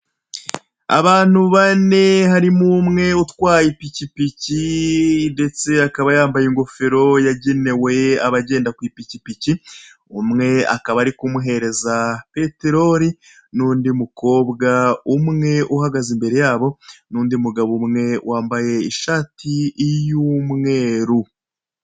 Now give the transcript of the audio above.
Abantu bane harimo umwe utwaye ipikipiki ndetse akaba yambaye ingofero yagenewe abagenda kw'ipikipiki, umwe akaba ari kumuhereza peterori n'undi mukobwa umwe uhagaze imbere yabo n'undi mugabo umwe wambaye ishati y'umweru.